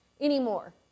anymore